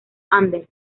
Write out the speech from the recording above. anders